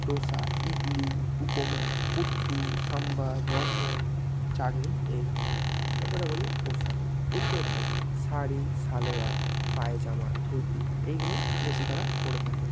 ধোসা ইডলি উপমা পুট্টু সম্বর রসম চাটনি এই ধরনের এরপরে বলি পোশাক উত্তর ভারত শাড়ি সালোয়ার পায়জামা ধুতি এইগুলো বেশি তারা পরে থাকে